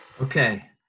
Okay